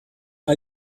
are